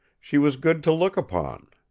she was good to look upon.